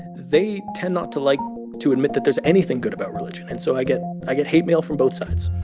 they tend not to like to admit that there's anything good about religion. and so i get i get hate mail from both sides